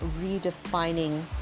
redefining